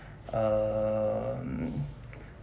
um